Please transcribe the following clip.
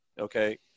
okay